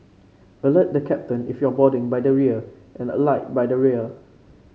alert the captain if you're boarding by the rear and alight by the rear